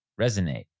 resonate